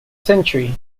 century